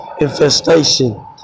infestation